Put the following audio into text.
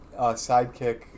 sidekick